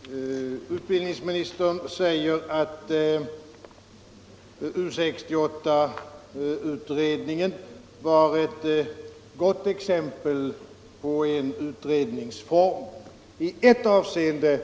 Fru talman! Utbildningsministern säger att U 68-utredningen var ett gott exempel på en utredningsform. I ett avseende